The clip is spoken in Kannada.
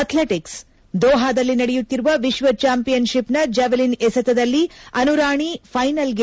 ಅಥ್ಲೆಟಿಕ್ಸ್ ದೋಹಾದಲ್ಲಿ ನಡೆಯುತ್ತಿರುವ ವಿಶ್ವ ಚಾಂಪಿಯನ್ಷಿಪ್ನ ಜಾವೆಲಿನ್ ಎಸೆತದಲ್ಲಿ ಅನುರಾಣಿ ಫ್ಲೆನಲ್ಗೆ